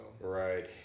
Right